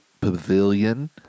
Pavilion